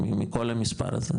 מכל המספר הזה,